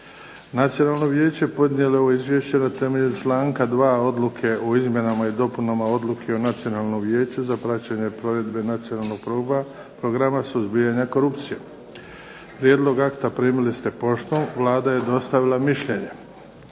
Nacionalno vijeće podnijelo je ovo izvješće na temelju članka 2. odluke o izmjenama i dopunama Odluke o Nacionalnom vijeću za praćenje provedbe nacionalnog programa suzbijanja korupcije. Prijedlog akta primili ste poštom. Vlada je dostavila mišljenje.